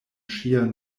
ŝia